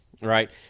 Right